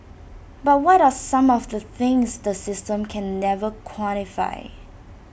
but what are some of the things the system can never quantify